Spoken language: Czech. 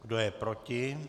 Kdo je proti?